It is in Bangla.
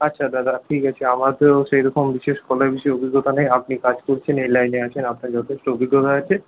আচ্ছা দাদা ঠিক আছে আমাদের সে রকম বিশেষ কোনো কিছু অভিজ্ঞতা নেই আপনি কাজ করছেন এই লাইনে আছেন আপনার যথেষ্ট অভিজ্ঞতা আছে